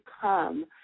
come